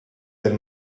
del